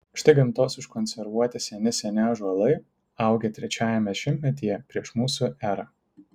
štai gamtos užkonservuoti seni seni ąžuolai augę trečiajame šimtmetyje prieš mūsų erą